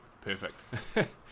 perfect